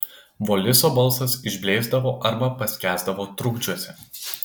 voliso balsas išblėsdavo arba paskęsdavo trukdžiuose